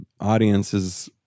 audiences